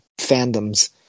fandoms